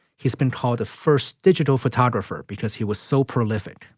he's been called the first digital photographer because he was so prolific,